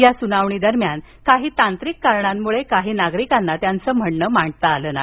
या स्नावणी दरम्यान काही तांत्रिक कारणांमुळे काही नागरिकांना त्यांचं म्हणणं मांडता आल नाही